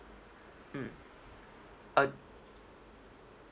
mm uh